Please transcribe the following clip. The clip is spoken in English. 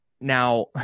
Now